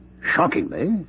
shockingly